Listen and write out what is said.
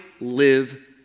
live